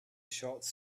shots